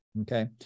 Okay